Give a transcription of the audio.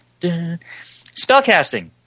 Spellcasting